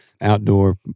outdoor